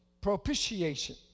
propitiation